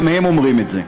גם הם אומרים את זה.